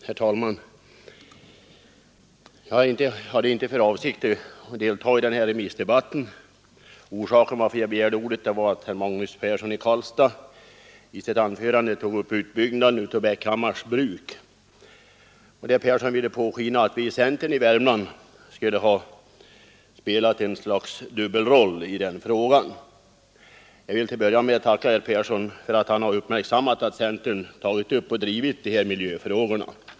Herr talman! Jag hade inte för avsikt att delta i den här remissdebatten. Orsaken till att jag begärde ordet var att herr Magnus Persson i Karlstad i sitt anförande tog upp utbyggnaden av Bäckhammars bruk. Herr Persson ville påskina att vi i centern i Värmland skulle ha spelat ett slags dubbelroll i den frågan. Till att börja med vill jag tacka herr Persson för att han har uppmärksammat att centern tagit upp och drivit dessa miljöfrågor.